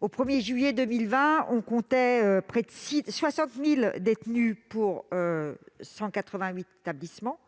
Au 1 juillet 2020, on comptait près de 60 000 détenus pour 188 établissements.